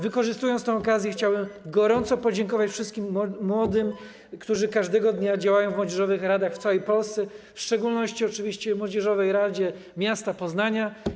Wykorzystując tę okazję, chciałem gorąco podziękować wszystkim młodym, którzy każdego dnia działają w młodzieżowych radach w całej Polsce, w szczególności oczywiście Młodzieżowej Radzie Miasta Poznania.